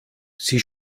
sie